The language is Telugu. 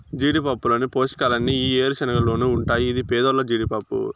జీడిపప్పులోని పోషకాలన్నీ ఈ ఏరుశనగలోనూ ఉంటాయి ఇది పేదోల్ల జీడిపప్పు